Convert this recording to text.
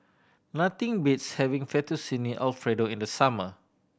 nothing beats having Fettuccine Alfredo in the summer